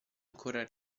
ancora